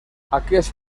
aquest